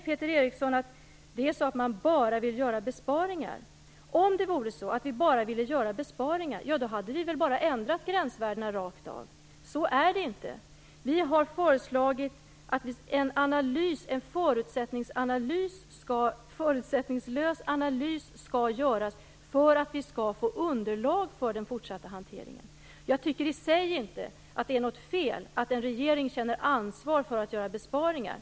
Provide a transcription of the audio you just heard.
Peter Eriksson säger att vi bara vill göra besparingar. Men om vi enbart hade velat göra besparingar hade vi ju bara ändrat gränsvärdena rakt av. Så är det inte. Vi har föreslagit att en förutsättningslös analys skall göras för att vi skall få underlag för den fortsatta hanteringen. Jag tycker inte att det i sig är något fel i att en regering känner ansvar för att göra besparingar.